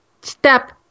step